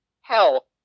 hell